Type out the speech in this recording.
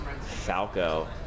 falco